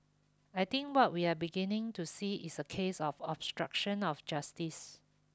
I think what we are beginning to see is a case of obstruction of justice